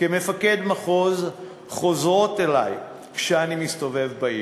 כמפקד המחוז חוזרות אלי כשאני מסתובב בעיר.